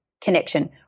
connection